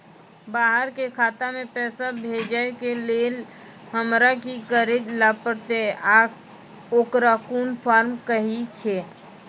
बाहर के खाता मे पैसा भेजै के लेल हमरा की करै ला परतै आ ओकरा कुन फॉर्म कहैय छै?